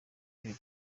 iri